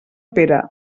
pere